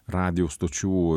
radijo stočių